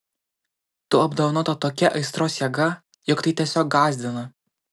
tu apdovanota tokia aistros jėga jog tai tiesiog gąsdina